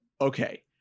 Okay